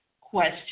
question